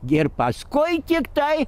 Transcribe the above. gi ir paskui tiktai